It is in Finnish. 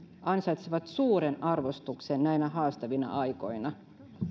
ansaitsevat suuren arvostuksen näinä haastavina aikoina